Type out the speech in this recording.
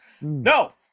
No